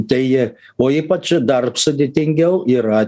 tai o ypač dar sudėtingiau yra